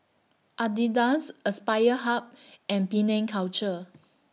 Adidas Aspire Hub and Penang Culture